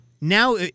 Now